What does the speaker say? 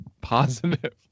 positive